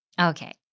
Okay